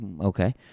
Okay